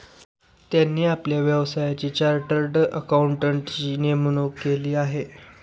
त्यांनी आपल्या व्यवसायासाठी चार्टर्ड अकाउंटंटची नेमणूक केली आहे